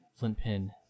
Flintpin